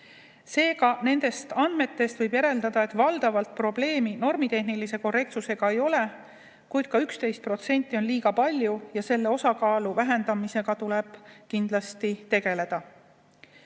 Seega, nendest andmetest võib järeldada, et probleemi normitehnilise korrektsusega valdavalt ei ole, kuid ka 11% on liiga palju ja selle osakaalu vähendamisega tuleb kindlasti